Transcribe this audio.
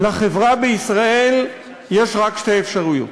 לחברה בישראל יש רק שתי אפשרויות: